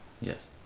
Yes